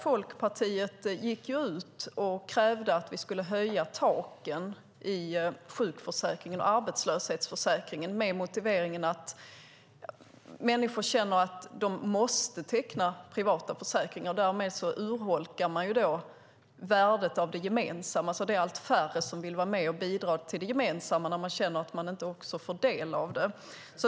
Folkpartiet gick ut och krävde att vi skulle höja taken i sjukförsäkringen och arbetslöshetsförsäkringen med motiveringen att människor känner att de måste teckna privata försäkringar. Därmed urholkar man värdet av det gemensamma så att det är allt färre som vill vara med och bidra till det gemensamma när de känner att de inte får del av det.